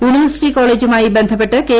university കോളേജുമായി ബന്ധപ്പെട്ട് K